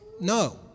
No